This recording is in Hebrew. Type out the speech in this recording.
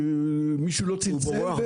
כי מישהו לא צלצל.